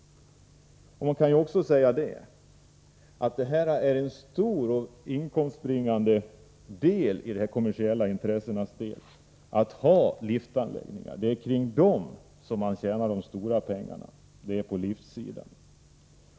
Liftanläggningarna är en stor och inkomstbringande del i de kommersiella intressenas verksamhet. Det är på liftsidan som man tjänar de stora pengarna.